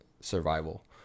survival